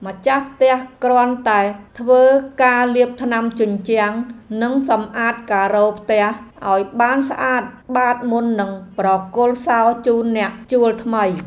ម្ចាស់ផ្ទះគ្រាន់តែធ្វើការលាបថ្នាំជញ្ជាំងនិងសម្អាតការ៉ូផ្ទះឱ្យបានស្អាតបាតមុននឹងប្រគល់សោជូនអ្នកជួលថ្មី។